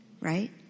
right